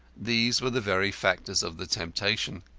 these were the very factors of the temptation.